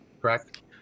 correct